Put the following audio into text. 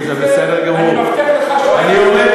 אמרת